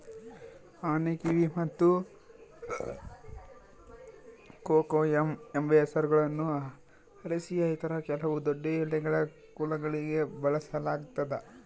ಆನೆಕಿವಿ ಮತ್ತು ಕೊಕೊಯಮ್ ಎಂಬ ಹೆಸರುಗಳನ್ನು ಅರೇಸಿಯ ಇತರ ಕೆಲವು ದೊಡ್ಡಎಲೆಗಳ ಕುಲಗಳಿಗೆ ಬಳಸಲಾಗ್ತದ